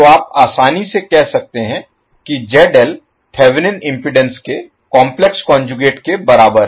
तो आप आसानी से कह सकते हैं कि ZL थेवेनिन इम्पीडेन्स के काम्प्लेक्स कोंजूगेट के बराबर है